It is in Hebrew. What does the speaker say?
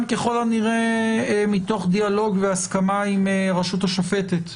ככל הנראה מתוך דיאלוג והסכמה עם הרשות השופטת.